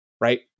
Right